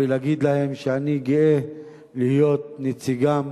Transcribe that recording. ולהגיד להם שאני גאה להיות נציגם,